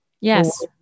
Yes